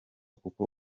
kuko